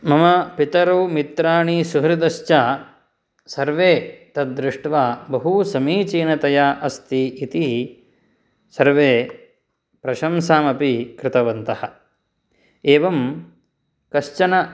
मम पितरौ मित्राणि सुहृदश्च सर्वे तद्दृष्ट्वा बहुसमीचीनतया अस्ति इति सर्वे प्रशंसामपि कृतवन्तः एवं कश्चन